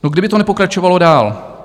No, kdyby to nepokračovalo dál...